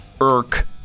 irk